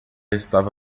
estava